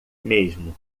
mesmo